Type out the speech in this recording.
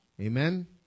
Amen